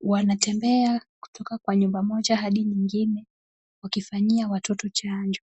Wanatembea kutoka kwa nyumba moja hadi nyingine wakifanyia watoto chanjo.